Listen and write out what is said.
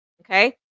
Okay